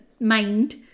mind